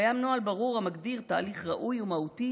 קיים נוהל ברור המגדיר תהליך ראוי ומהותי